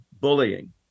bullying